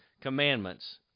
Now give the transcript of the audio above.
commandments